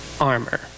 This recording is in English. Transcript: armor